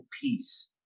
peace